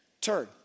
Turn